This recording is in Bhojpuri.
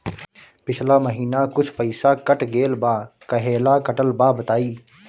पिछला महीना कुछ पइसा कट गेल बा कहेला कटल बा बताईं?